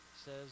says